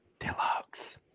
deluxe